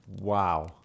Wow